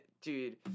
dude